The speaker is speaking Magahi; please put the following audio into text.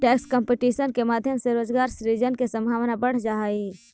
टैक्स कंपटीशन के माध्यम से रोजगार सृजन के संभावना बढ़ जा हई